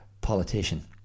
politician